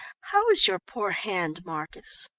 how is your poor hand, marcus?